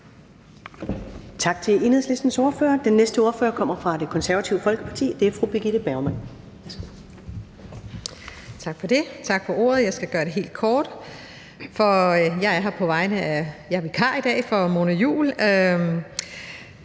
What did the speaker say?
Tak til Enhedslistens ordfører. Den næste ordfører kommer fra Det Konservative Folkeparti, og det er fru Birgitte Bergman.